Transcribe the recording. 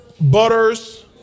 butters